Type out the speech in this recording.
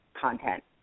content